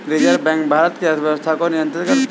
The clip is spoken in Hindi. रिज़र्व बैक भारत की अर्थव्यवस्था को नियन्त्रित करता है